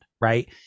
right